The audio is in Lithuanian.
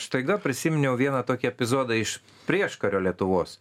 staiga prisiminiau vieną tokį epizodą iš prieškario lietuvos